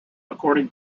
according